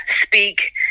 speak